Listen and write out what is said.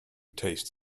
taste